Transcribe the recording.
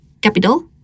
capital